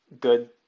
good